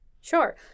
Sure